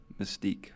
Mystique